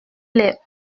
les